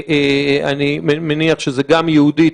אני מניח שזה גם יהודית,